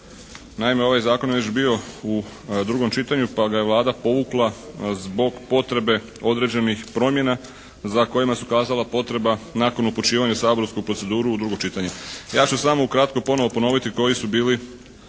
Naime, ovaj zakon je već bio u drugom čitanju pa, ga je Vlada povukla zbog potrebe određenih promjena za kojima se ukazala potreba nakon upućivanja u saborsku proceduru u drugo čitanje. Ja ću samo ukratko ponovo ponoviti koji su bili